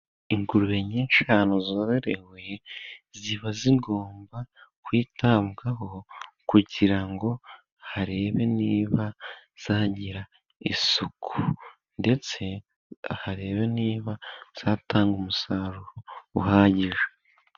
Ingurube nyinshi ahantu zororewe ziba zigomba kwitabwaho, kugira ngo harebwe niba zagira isuku ndetse harebwe, niba zatanga umusaruro uhagije.